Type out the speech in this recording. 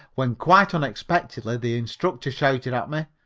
when quite unexpectedly the instructor shouted at me.